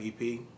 EP